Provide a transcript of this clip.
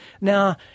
Now